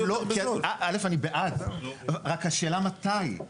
כי אתם לא, א' אני בעד, רק השאלה מתי.